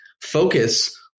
focus